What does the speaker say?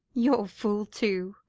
you're a fool, too.